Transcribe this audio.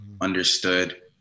understood